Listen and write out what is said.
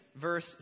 verse